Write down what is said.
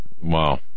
wow